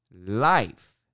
life